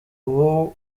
ubu